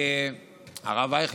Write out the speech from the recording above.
הרב אייכלר,